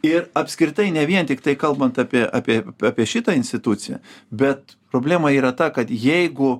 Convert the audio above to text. ir apskritai ne vien tiktai kalbant apie apie apie šitą instituciją bet problema yra ta kad jeigu